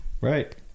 right